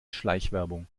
schleichwerbung